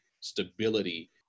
stability